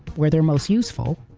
where they're most useful,